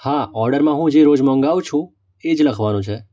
હા ઓર્ડરમાં હું જે રોજ મંગાવું છું એ જ લખવાનું છે